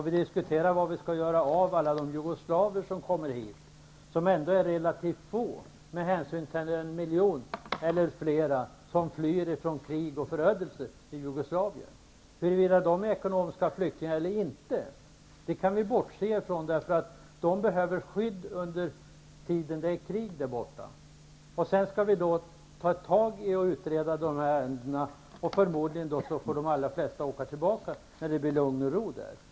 Vi diskuterar vad vi skall göra av alla de jugoslaver som kommer hit. De är ändå relativt få i jämförelse med den miljon eller flera som flyr från krig och förödelse i Jugoslavien. Vi kan bortse ifrån huruvida de är ekonomiska flyktingar eller inte. De behöver skydd under den tid det är krig där borta. Vi skall utreda ärendena, och förmodligen får de allra flesta åka tillbaka när det blir lugn och ro i deras hemland.